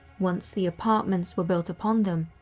once the apartments were built upon them,